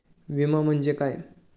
विमा म्हणजे काय?